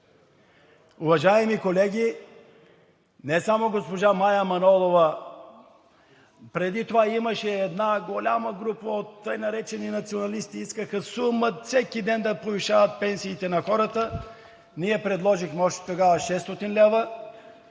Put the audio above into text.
Уважаеми колеги, не само госпожа Мая Манолова, преди това имаше една голяма група от тъй наречени националисти, искаха всеки ден да повишават пенсиите на хората. Ние предложихме още тогава 600 лв.